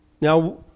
Now